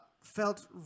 felt